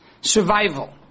survival